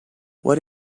what